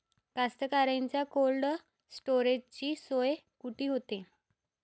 कास्तकाराइच्या कोल्ड स्टोरेजची सोय कुटी होते?